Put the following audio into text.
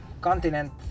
continent